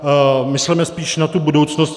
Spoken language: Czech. A mysleme spíš na tu budoucnost.